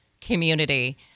community